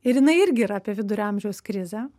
ir jinai irgi yra apie vidurio amžiaus krizę